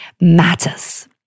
matters